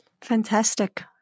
Fantastic